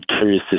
curious